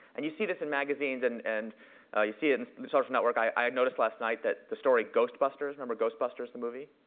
and you see this in magazines and and you see it and in the social network. i noticed last night that the story, ghostbusters remember ghostbusters, the movie?